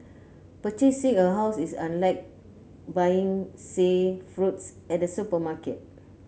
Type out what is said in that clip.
purchasing a house is unlike buying say fruits at a supermarket